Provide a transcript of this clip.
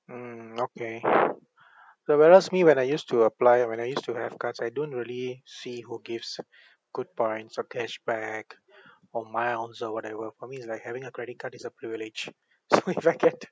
mm okay uh whereas me when I used to apply when I used to have cards I don't really see who gives good points or cashback or miles or whatever for me is like having a credit card is a privilege so if I get